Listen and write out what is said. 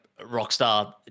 Rockstar